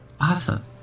Awesome